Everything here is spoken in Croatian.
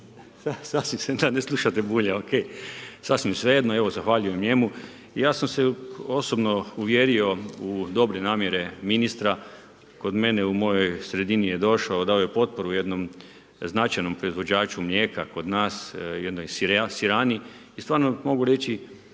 sasvim svejedno je. Evo, zahvaljujem njemu. Ja sam se osobno uvjerio u dobre namjere ministra. Kod mene u mojoj sredini je došao, dao je potporu jednom značajnom proizvođaču mlijeka kod nas, jednoj sirani i stvarno mogu reći